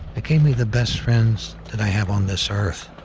it gave me the best friends that i have on this earth.